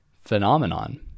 phenomenon